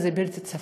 וזה בלתי צפוי.